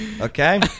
Okay